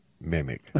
mimic